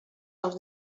els